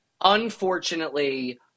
unfortunately